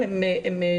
אנחנו